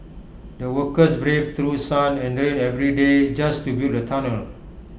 the workers braved through sun and rain every day just to build the tunnel